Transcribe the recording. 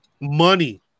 money